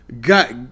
got